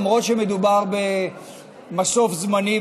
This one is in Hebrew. למרות שמדובר במסוף זמני,